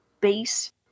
base